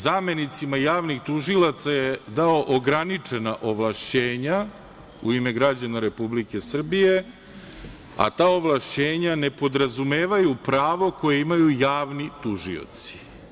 Zamenicima javnih tužilaca je dao ograničena ovlašćenja u ime građana Republike Srbije, a ta ovlašćenja ne podrazumevaju pravo koje imaju javni tužioci.